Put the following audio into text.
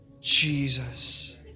Jesus